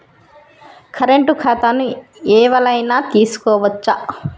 Current ఖాతాను ఎవలైనా తీసుకోవచ్చా?